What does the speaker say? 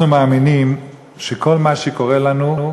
אנחנו מאמינים שכל מה שקורה לנו,